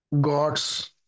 gods